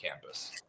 campus